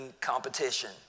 competition